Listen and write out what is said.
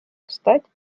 встать